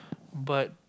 but